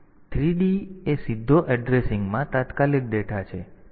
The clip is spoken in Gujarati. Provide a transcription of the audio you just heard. તેથી આ 3d એ સીધો એડ્રેસિંગમાં તાત્કાલિક ડેટા છે